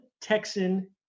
Texan